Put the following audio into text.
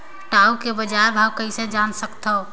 टाऊ के बजार भाव कइसे जान सकथव?